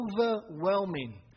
overwhelming